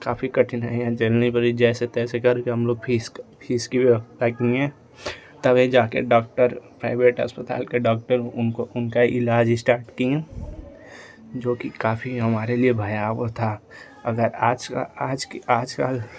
काफ़ी कठिनाइयाँ झेलनी पड़ी जैसे तैसे करके हम लोग फीस्क फीस की भी तभी जा कर डॉक्टर प्राइभेट अस्पताल के डॉक्टर उनको उनका इलाज ईस्टार्ट कीयें जो कि काफी हमारे लिये भयावह था अगर आज आज आजकल